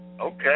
Okay